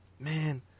man